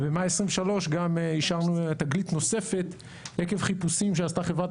במאי 2023 גם אישרנו תגלית נוספת עקב חיפושים שעשתה חברת